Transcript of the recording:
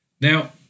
Now